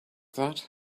that